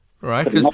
right